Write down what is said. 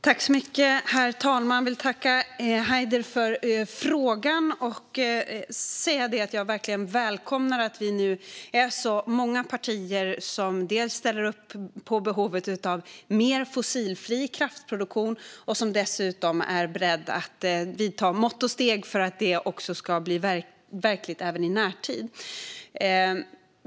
Herr talman! Jag vill tacka Haider för frågan och säga att jag verkligen välkomnar att vi nu är många partier som ställer upp på behovet av mer fossilfri kraftproduktion och som dessutom är beredda att vidta mått och steg för att det ska bli verkligt även i närtid.